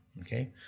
Okay